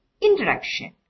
Introduction